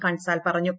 കൻസാൽ പറഞ്ഞു